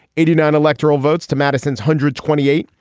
eighty nine electoral votes to madison's hundred twenty eight.